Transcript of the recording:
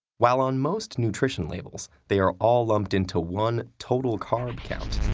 while on most nutrition labels, they are all lumped into one total carb count,